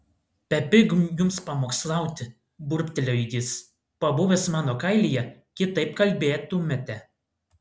bepig jums pamokslauti burbtelėjo jis pabuvęs mano kailyje kitaip kalbėtumėte